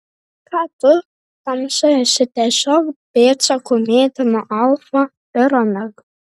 ką tu tamsta esi tiesiog pėdsakų mėtymo alfa ir omega